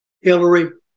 Hillary